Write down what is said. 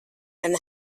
and